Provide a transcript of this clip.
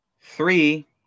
Three